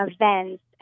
events